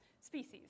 species